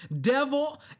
devil